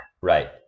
Right